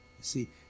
see